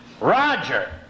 roger